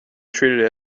treated